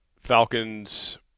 Falcons